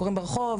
קורים ברחוב,